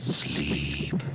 sleep